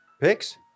Pics